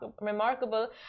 remarkable